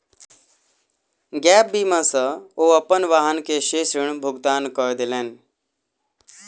gap बीमा सॅ ओ अपन वाहन के शेष ऋण भुगतान कय देलैन